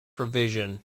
revision